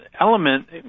element